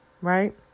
Right